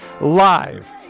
live